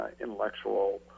intellectual